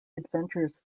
adventures